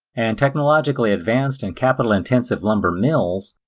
and technologically advanced and capital intensive lumber mills,